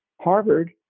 Harvard